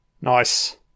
nice